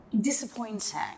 disappointing